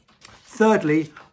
thirdly